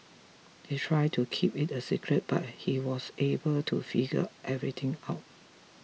they tried to keep it a secret but he was able to figure everything out